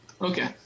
Okay